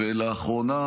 ולאחרונה